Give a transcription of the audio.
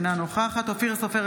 אינה נוכחת אופיר סופר,